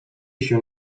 się